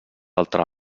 altre